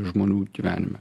žmonių gyvenime